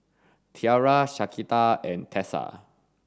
Tiara Shaquita and Tessa